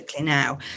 now